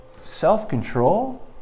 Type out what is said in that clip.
self-control